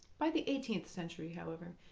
by the eighteenth century, however,